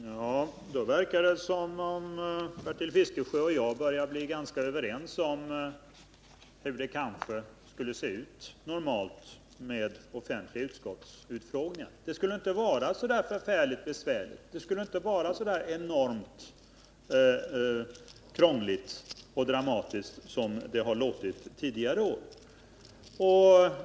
Herr talman! Nu verkar det som om Bertil Fiskesjö och jag börjar bli ganska överens om hur det normalt skulle kunna se ut med offentliga utskottsutfrågningar. Det skulle inte vara så där förfärligt besvärligt, det skulle inte vara så där enormt krångligt och dramatiskt som det har låtit tidigare år.